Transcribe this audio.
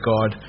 God